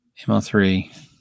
ML3